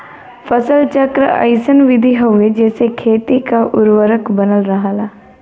फसल चक्र अइसन विधि हउवे जेसे खेती क उर्वरक बनल रहला